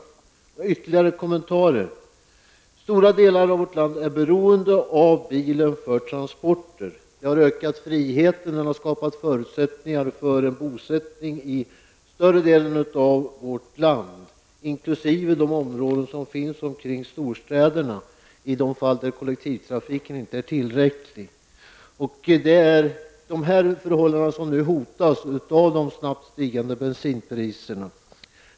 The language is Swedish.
Några ytterligare kommentarer. Stora delar av vårt land är beroende av bilen för transporter. Den härigenom ökade friheten har skapat förutsättningar för bosättning i större delen av vårt land, även i de delar där kollektivtrafiken inte är tillräcklig, inkl. områden omkring storstäderna. Denna utveckling hotas nu av de snabbt stigande bensinpriserna.